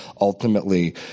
ultimately